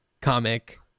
comic